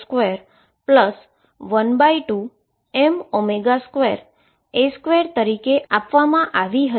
વળી કુલ energy 28ma212m2a2 તરીકે આપવામાં આવી હતી